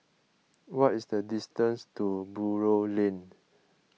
what is the distance to Buroh Lane